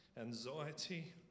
anxiety